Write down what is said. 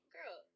Girl